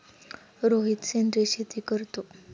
रोहित सेंद्रिय शेती करतो